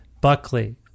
Buckley